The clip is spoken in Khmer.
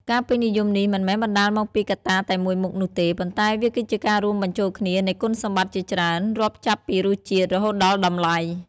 ការពេញនិយមនេះមិនមែនបណ្ដាលមកពីកត្តាតែមួយមុខនោះទេ ប៉ុន្តែវាគឺជាការរួមបញ្ចូលគ្នានៃគុណសម្បត្តិជាច្រើន រាប់ចាប់ពីរសជាតិ រហូតដល់តម្លៃ ។